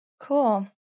Cool